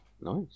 Nice